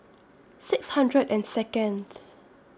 six hundred and Second